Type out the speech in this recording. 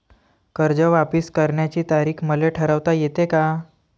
कर्ज वापिस करण्याची तारीख मले ठरवता येते का?